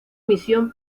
misión